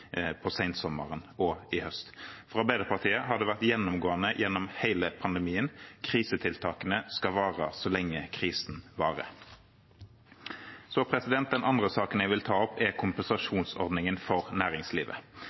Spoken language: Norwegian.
på sensommeren og høsten. For Arbeiderpartiet har det vært gjennomgående gjennom hele pandemien at krisetiltakene skal vare så lenge krisen varer. Den andre saken jeg vil ta opp, er kompensasjonsordningen for næringslivet.